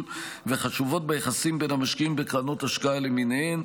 וחשובות ביחסים בין המשקיעים בקרנות השקעה למיניהן.